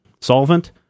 solvent